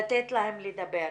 לדבר.